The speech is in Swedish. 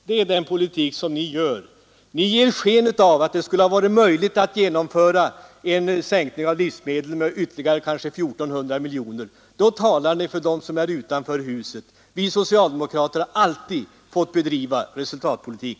Det är den politik som ni för: ni ger sken av att det skulle ha varit möjligt att genomföra en sänkning av livsmedelspriserna med ytterligare kanske 1400 miljoner. Då talar ni för dem som är utanför huset. Vi socialdemokrater har alltid fått bedriva resultatpolitik.